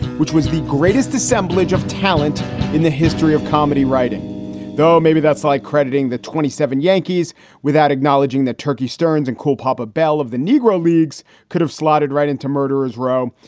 which was the greatest assemblage of talent in the history of comedy writing though maybe that's why like crediting the twenty seven yankees without acknowledging that turkey stearnes and cool pop a bell of the negro leagues could have slotted right into murderer's row.